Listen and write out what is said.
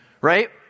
Right